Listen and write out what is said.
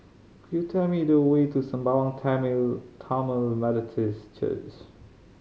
could you tell me the way to Sembawang Tamil Methodist Church